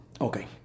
Okay